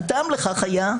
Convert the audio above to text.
הטעם לכך היה,